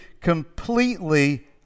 completely